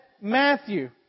Matthew